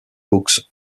books